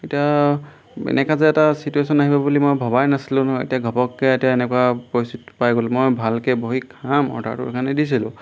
এতিয়া এনেকুৱা যে এটা ছিটুৱেশ্যন আহিব বুলি মই ভবাই নাছিলোঁ নহয় এতিয়া ঘপককৈ এতিয়া এনেকুৱা পৰিস্থিতি পাই গ'লো মই ভালকৈ বহি খাম অৰ্ডাৰটো সেইকাৰণে দিছিলোঁ